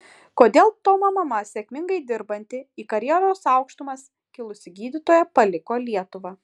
kodėl tomo mama sėkmingai dirbanti į karjeros aukštumas kilusi gydytoja paliko lietuvą